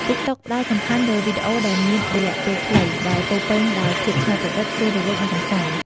ទីកតុក ផ្តោតសំខាន់លើវីដេអូដែលមានរយៈពេលខ្លី ដែលពោរពេញដោយភាពច្នៃប្រឌិត រស់រវើក និងកម្សាន្ត។